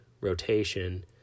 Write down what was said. rotation